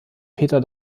peter